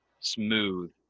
smooth